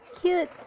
cute